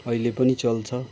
अहिले पनि चल्छ